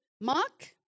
Mark